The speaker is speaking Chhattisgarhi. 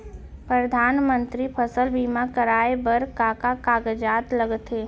परधानमंतरी फसल बीमा कराये बर का का कागजात लगथे?